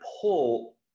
pull